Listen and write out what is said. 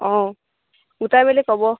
অঁ গোটাই মেলি ক'ব